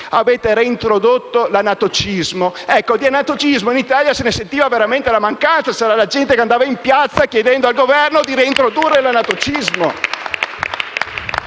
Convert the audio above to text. avete reintrodotto l'anatocismo. Ecco, di anatocismo in Italia se ne sentiva veramente la mancanza. C'era la gente che andava in piazza chiedendo al Governo di reintrodurre l'anatocismo.